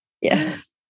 Yes